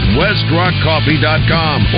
westrockcoffee.com